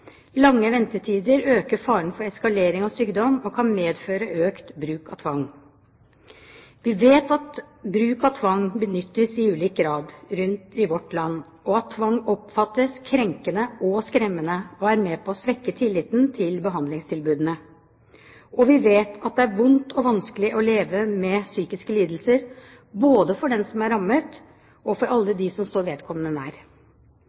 Lange ventetider øker faren for eskalering av sykdom og kan medføre økt bruk av tvang. Vi vet at bruk av tvang benyttes i ulik grad rundt i vårt land, og at tvang oppfattes krenkende og skremmende og er med på å svekke tilliten til behandlingstilbudene. Og vi vet at det er vondt og vanskelig å leve med psykiske lidelser både for den som er rammet, og for alle dem som står vedkommende nær.